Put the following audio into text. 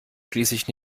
schließlich